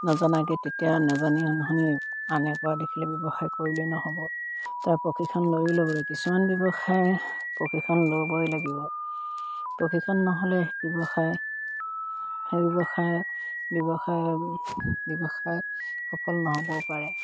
নজনাকে তেতিয়া নাজানি নুশুনি আনে কৰা দেখিলে ব্যৱসায় কৰিলে নহ'ব তাৰ প্ৰশিক্ষণ লৈ ল'বলৈ কিছুমান ব্যৱসায় প্ৰশিক্ষণ ল'বই লাগিব প্ৰশিক্ষণ নহ'লে ব্যৱসায় সেই ব্যৱসায় সফল নহ'বও পাৰে